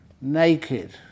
naked